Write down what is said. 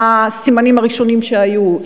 מהם הסימנים הראשונים שהיו,